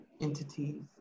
entities